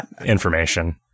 information